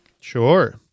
Sure